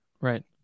Right